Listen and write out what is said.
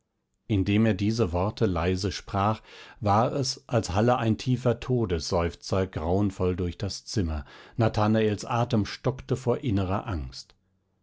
indem er diese worte leise sprach war es als halle ein tiefer todesseufzer grauenvoll durch das zimmer nathanaels atem stockte vor innerer angst